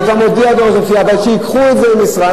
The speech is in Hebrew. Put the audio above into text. אני כבר מודיע, אבל שייקחו את המשרה.